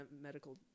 medical –